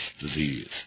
disease